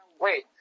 Wait